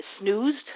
snoozed